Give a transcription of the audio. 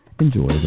Enjoy